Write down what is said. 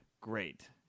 Great